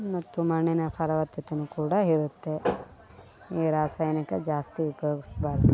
ಮತ್ತು ಮಣ್ಣಿನ ಫಲವತ್ತತೆ ಕೂಡ ಇರುತ್ತೆ ಈ ರಾಸಾಯನಿಕ ಜಾಸ್ತಿ ಉಪಯೋಗಿಸಬಾರ್ದು